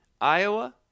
Iowa